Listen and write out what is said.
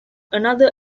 another